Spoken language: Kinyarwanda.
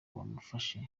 bamufashe